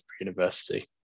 University